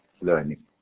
learning